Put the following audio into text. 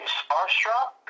starstruck